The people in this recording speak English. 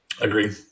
Agree